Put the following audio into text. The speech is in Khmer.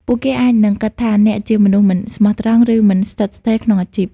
ពួកគេអាចនឹង គិតថាអ្នកជាមនុស្សមិនស្មោះត្រង់ ឬ មិនស្ថិតស្ថេរ ក្នុងអាជីព។